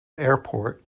airport